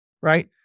right